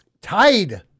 tied